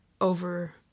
over